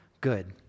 good